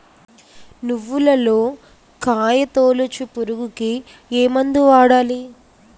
నువ్వులలో కాయ తోలుచు పురుగుకి ఏ మందు వాడాలి?